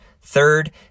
Third